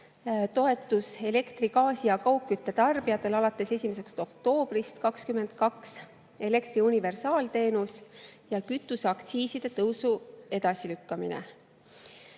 toetus elektri, gaasi ja kaugkütte tarbijatele alates 1. oktoobrist 2022, elektri universaalteenus ja kütuseaktsiiside tõusu edasilükkamine.